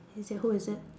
is it who is it